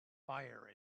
fire